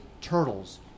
turtles